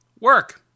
work